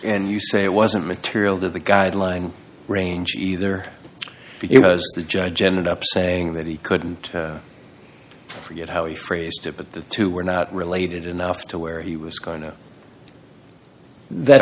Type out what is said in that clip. and you say it wasn't material to the guideline range either the judge ended up saying that he couldn't forget how he phrased it but the two were not related enough to where he was going oh that